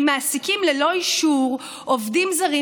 הם מעסיקים ללא אישור עובדים זרים,